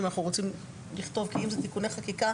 כי אם אלה תיקוני חקיקה,